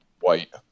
white